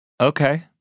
okay